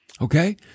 okay